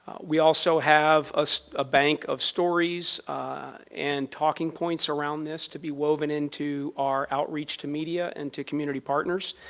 we also have ah so ah bank of stories and talking points around this to be woven into our outreach to media and to community partners,